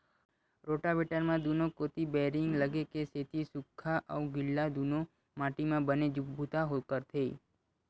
rotavator म दूनो कोती बैरिंग लगे के सेती सूख्खा अउ गिल्ला दूनो माटी म बने बूता करथे